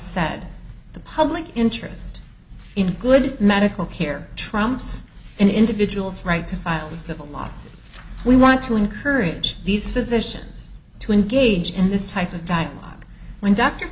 said the public interest in good medical care trumps an individual's right to file a civil lawsuit we want to encourage these physicians to engage in this type of dialogue when dr